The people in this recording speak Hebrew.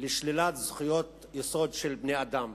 לשלילת זכויות יסוד של בני-אדם.